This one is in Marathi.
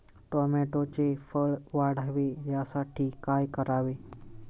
टोमॅटोचे फळ वाढावे यासाठी काय करावे?